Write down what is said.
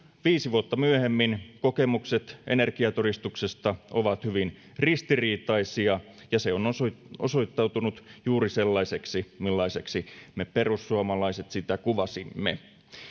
viisi vuotta myöhemmin kokemukset energiatodistuksesta ovat hyvin ristiriitaisia ja se on osoittautunut osoittautunut juuri sellaiseksi millaiseksi me perussuomalaiset sitä kuvasimme